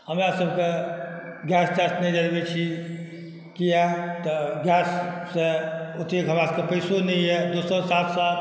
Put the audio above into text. हमरासबके गैस तैस नहि जरबै छी किएक तऽ गैससँ ओतेक हमरासब पइसो नहि अइ दोसर साथ साथ